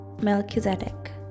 Melchizedek